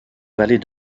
vallée